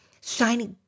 shiny